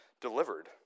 delivered